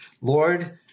Lord